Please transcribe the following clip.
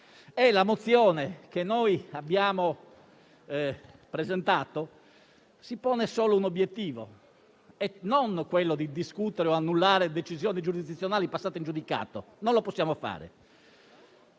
La mozione che abbiamo presentato si pone solo un obiettivo, che non è quello di discutere o di annullare decisioni giurisdizionali passate in giudicato, perché non lo possiamo fare.